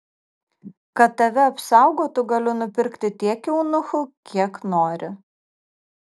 kad tave apsaugotų galiu nupirki tiek eunuchų kiek nori